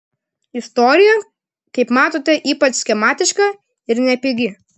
istorija kaip matote ypač schematiška ir nepigi